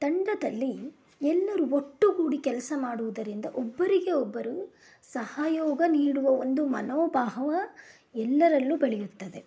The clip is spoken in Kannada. ತಂಡದಲ್ಲಿ ಎಲ್ಲರೂ ಒಟ್ಟುಗೂಡಿ ಕೆಲಸ ಮಾಡುವುದರಿಂದ ಒಬ್ಬರಿಗೆ ಒಬ್ಬರು ಸಹಯೋಗ ನೀಡುವ ಒಂದು ಮನೋಭಾವ ಎಲ್ಲರಲ್ಲೂ ಬೆಳೆಯುತ್ತದೆ